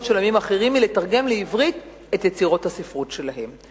של עמים אחרים היא לתרגם לעברית את יצירות הספרות שלהם.